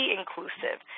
inclusive